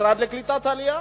במשרד לקליטת העלייה.